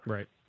Right